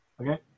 okay